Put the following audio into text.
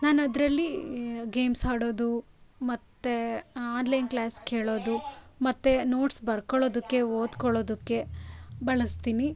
ನಾನು ಅದರಲ್ಲಿ ಗೇಮ್ಸ್ ಆಡೋದು ಮತ್ತು ಆನ್ಲೈನ್ ಕ್ಲಾಸ್ ಕೇಳೋದು ಮತ್ತು ನೋಟ್ಸ್ ಬರ್ಕೊಳ್ಳೋದಕ್ಕೆ ಓದ್ಕೊಳ್ಳೋದಕ್ಕೆ ಬಳಸ್ತೀನಿ